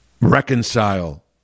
reconcile